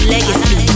Legacy